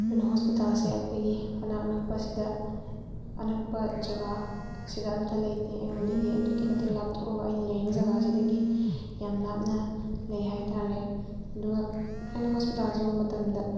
ꯑꯗꯨꯅ ꯍꯣꯁꯄꯤꯇꯥꯜꯁꯦ ꯑꯩꯈꯣꯏꯒꯤ ꯃꯅꯥꯛ ꯅꯛꯄꯁꯤꯗ ꯑꯅꯛꯄ ꯖꯒꯥ ꯑꯁꯤꯗ ꯑꯃꯇ ꯂꯩꯇꯦ ꯑꯩꯉꯣꯟꯗꯒꯤ ꯑꯗꯨꯛꯀꯤ ꯃꯇꯤꯛ ꯂꯥꯞꯊꯣꯛꯑꯒ ꯂꯩꯅ ꯂꯩꯔꯤꯕ ꯖꯒꯥꯁꯤꯗꯒꯤ ꯌꯥꯝ ꯂꯥꯞꯅ ꯂꯩ ꯍꯥꯏ ꯇꯥꯔꯦ ꯑꯗꯨꯒ ꯑꯩꯅ ꯍꯣꯁꯄꯤꯇꯥꯜꯁꯤ ꯌꯧꯕ ꯃꯇꯝꯗ